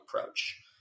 approach